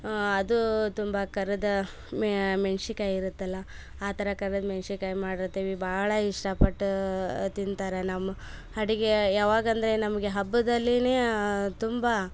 ಆ ಅದು ತುಂಬ ಕರೆದ ಮೆಣ್ಸಿನಕಾಯಿ ಇರುತ್ತಲ್ಲ ಆ ಥರ ಕರ್ದದ್ದು ಮೆಣ್ಸಿನಕಾಯಿ ಮಾಡಿರ್ತೀವಿ ಬಹಳ ಇಷ್ಟಪಟ್ಟೂ ತಿಂತಾರೆ ನಮ್ಮ ಅಡಿಗೆ ಯವಾಗಂದರೆ ನಮಗೆ ಹಬ್ಬದಲ್ಲಿನೇ ತುಂಬ